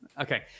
Okay